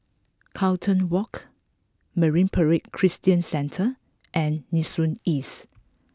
Carlton Walk Marine Parade Christian Centre and Nee Soon East